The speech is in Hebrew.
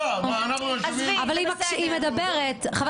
כי הן פגות תוקף ב-6 ביולי- ----- חבר